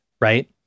right